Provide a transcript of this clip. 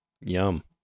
Yum